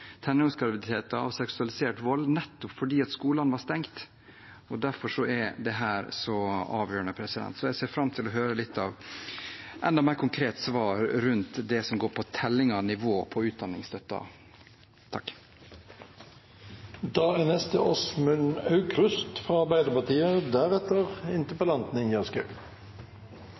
seksualisert vold, nettopp fordi skolene har vært stengt. Derfor er dette så avgjørende. Jeg ser fram til å få høre et enda mer konkret svar på det som går på telling av nivået på